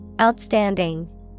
Outstanding